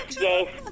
yes